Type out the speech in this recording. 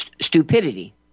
stupidity